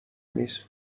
میزم